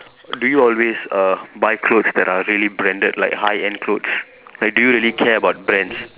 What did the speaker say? do you always uh buy clothes that are really branded like high end clothes like do you really care about brands